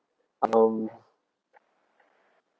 um